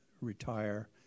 retire